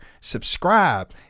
subscribe